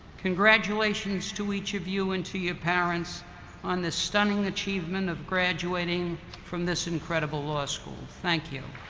congratulations to each of you and to your parents on this stunning achievement of graduating from this incredible law school. thank you.